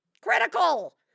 critical